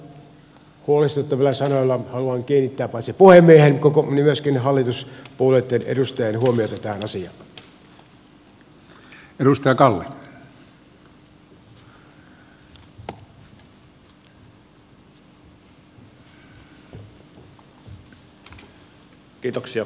näillä sanoilla huolestuttavilla sanoilla haluan kiinnittää paitsi puhemiehen niin myöskin hallituspuolueitten edustajien huomiota tähän asiaan